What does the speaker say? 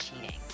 cheating